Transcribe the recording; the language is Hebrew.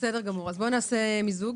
מיזוג